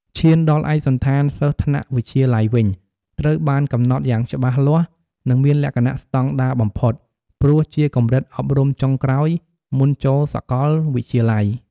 ឈានដល់ឯកសណ្ឋានសិស្សថ្នាក់វិទ្យាល័យវិញ ត្រូវបានកំណត់យ៉ាងច្បាស់លាស់ និងមានលក្ខណៈស្តង់ដារបំផុត ព្រោះជាកម្រិតអប់រំចុងក្រោយមុនចូលសាកលវិទ្យាល័យ។